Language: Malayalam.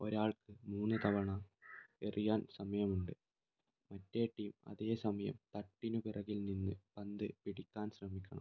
ഒരാൾക്ക് മൂന്ന് തവണ എറിയാൻ സമയം ഉണ്ട് മറ്റേ ടീം അതേസമയം തട്ടിന് പിറകിൽ നിന്ന് പന്ത് പിടിക്കാൻ ശ്രമിക്കണം